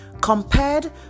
compared